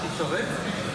אתה תתערב,